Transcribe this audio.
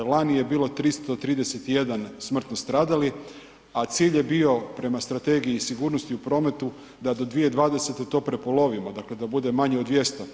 Lani je bilo 331 smrtno stradali a cilj je bio prema Strategiji sigurnosti u prometu da do 2020. to prepolovimo dakle da bude manje od 200.